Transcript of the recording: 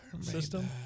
system